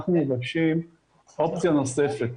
אנחנו מבקשים אופציה נוספת.